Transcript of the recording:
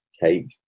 cake